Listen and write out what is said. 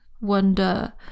wonder